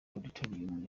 auditorium